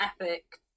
epic